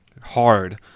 hard